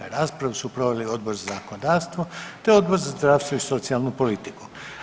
Raspravu su proveli Odbor za zakonodavstvo, te Odbor za zdravstvo i socijalnu politiku.